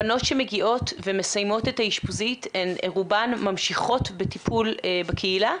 הבנות שמגיעות ומסיימות את האשפוזית רובן ממשיכות בטיפול בקהילה?